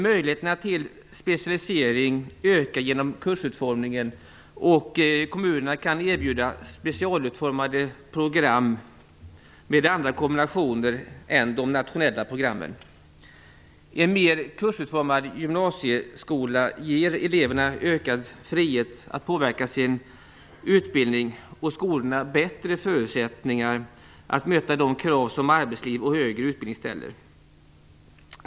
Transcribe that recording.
Möjligheterna till specialisering ökar genom kursutformningen. Kommunerna kan erbjuda specialutformade program med andra kombinationer än i de nationella programmen. En mer kursutformad gymnasieskola ger eleverna ökad frihet att påverka sin utbildning, och skolorna får bättre förutsättningar att möta de krav som arbetsliv och högre utbildning ställer.